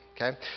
okay